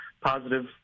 positive